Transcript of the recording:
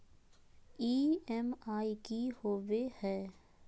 EMI की होवे है?